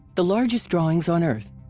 the largest drawings on earth.